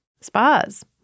Spas